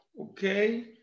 Okay